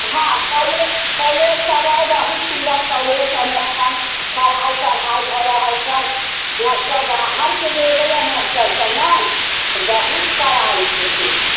हँ college college सब अइ बहुत सुन्दर कौलेज सबमे एखन पढ़ाइ तढ़ाइ भऽ रहल छै मास्टर बाहरके जे एलैया मास्टर सब नहि बहुत कढ़ाइ छै कयने